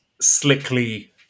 slickly